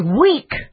weak